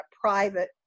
private